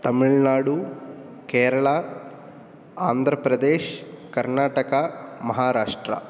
तमिल्नाडु केरला आन्ध्रप्रदेश्ः कर्णाटकः महाराष्ट्रः